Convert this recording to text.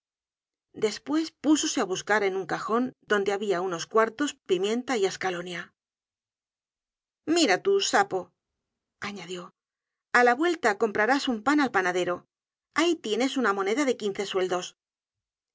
cebollas despues púsose á buscar en un cajon donde habia unos cuartos pimienta y ascalonia mira tú sapo añadió á la vuelta comprarás un pan al panadero ahí tienes una moneda de quince sueldos